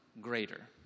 greater